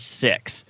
six